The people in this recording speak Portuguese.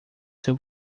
seu